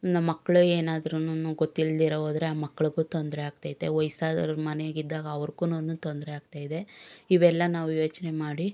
ಇನ್ನು ಮಕ್ಕಳೇನಾದ್ರೂ ಗೊತ್ತಿಲ್ದಿರೇ ಹೋದ್ರೆ ಆ ಮಕ್ಳಿಗೂ ತೊಂದರೆ ಆಗ್ತೈತೆ ವಯಸ್ಸಾದವ್ರು ಮನೆಲಿದ್ದಾಗ ಅವರಿಗೂನು ತೊಂದರೆ ಆಗ್ತಾಯಿದೆ ಇವೆಲ್ಲ ನಾವು ಯೋಚನೆ ಮಾಡಿ